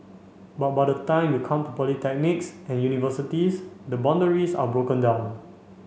but by the time you come to polytechnics and universities the boundaries are broken down